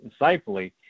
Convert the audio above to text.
insightfully